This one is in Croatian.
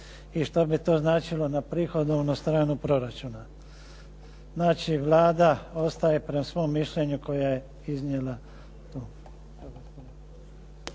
i što bi to značilo na prihodovnu stranu proračuna. Znači, Vlada ostaje prema svom mišljenju koje je iznijela tu.